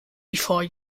before